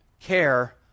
care